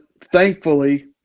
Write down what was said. thankfully